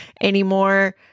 anymore